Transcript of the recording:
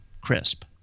crisp